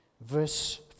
verse